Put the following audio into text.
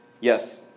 Yes